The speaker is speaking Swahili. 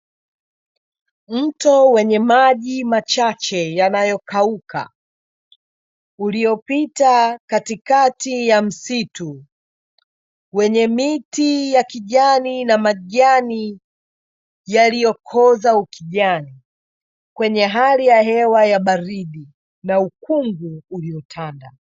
Mto wenye maji machache yanayokauka, uliopita katikati ya msitu, wenye miti ya kijani na majani yaliyokoza ukijani, kwenye hali ya hewa ya baridi na ukungu uliotanda.